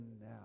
now